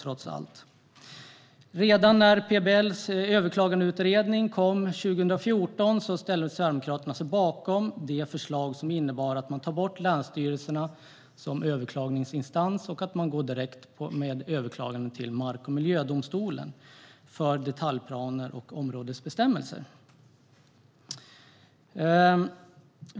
Redan när PBL-överklagandeutredningens betänkande kom 2014 ställde sig Sverigedemokraterna sig bakom det förslag som innebär att man tar bort länsstyrelserna som överklagandeinstans och går direkt med överklaganden till mark och miljödomstolen för detaljplaner och områdesbestämmelser.